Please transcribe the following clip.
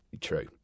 True